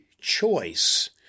choice